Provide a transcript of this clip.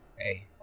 Hey